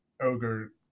Ogre